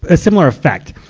ah similar effect.